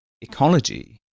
ecology